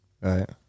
Right